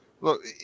look